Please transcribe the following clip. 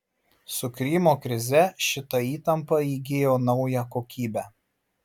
su krymo krize šita įtampa įgijo naują kokybę